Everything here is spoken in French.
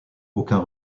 aucun